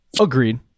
Agreed